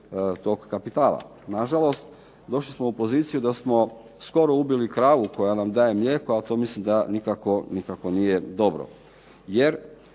tog kapitala. Na žalost došli smo u poziciju da smo skoro ubili kravu koja nam daje mlijeko, a to mislim da nikako nije dobro,